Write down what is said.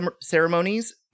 ceremonies